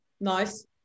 Nice